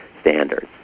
standards